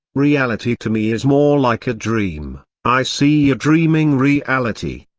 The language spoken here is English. reality to me is more like a dream i see a dreaming reality.